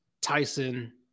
Tyson